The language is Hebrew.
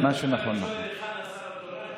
בדרך כלל אני שואל: היכן השר התורן,